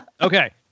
Okay